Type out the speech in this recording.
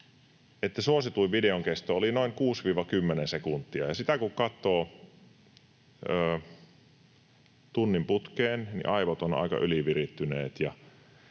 suosituin videon kesto oli noin 6—10 sekuntia, ja sitä kun katsoo tunnin putkeen, niin aivot ovat aika ylivirittyneet